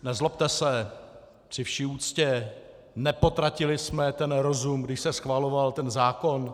Nezlobte se, při vší úctě, nepotratili jsme ten rozum, když se schvaloval ten zákon?